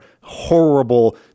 horrible